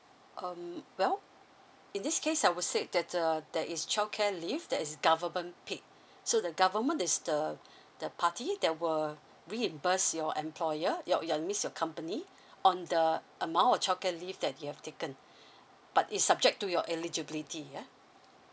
um well in this case I would say that uh there is childcare leave that is government paid so the government is the the party that will reimburse your employer your uh means your company on the amount of childcare leave that you have taken but is subject to your eligibility ya